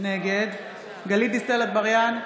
נגד גלית דיסטל אטבריאן,